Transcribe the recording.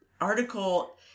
article